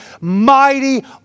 mighty